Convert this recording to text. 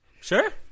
sure